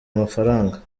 amafaranga